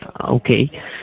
Okay